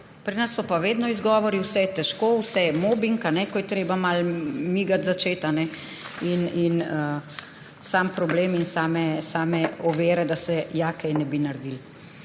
Pri nas so pa vedno izgovori, vse je težko, vse je mobing, ko je treba malo začeti migati, sami problem in same ovire, da se ja kaj ne bi naredilo.